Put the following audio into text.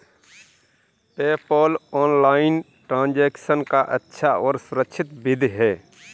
PayPal online transaction का अच्छा और सुरक्षित विधि है